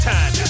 Time